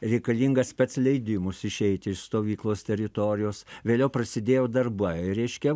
reikalingas spec leidimus išeiti iš stovyklos teritorijos vėliau prasidėjo darbai reiškia